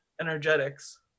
energetics